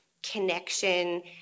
connection